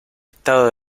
estado